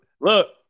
Look